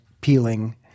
peeling